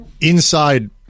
inside